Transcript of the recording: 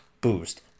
boost